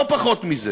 לא פחות מזה.